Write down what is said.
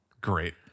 Great